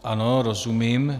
Ano, rozumím.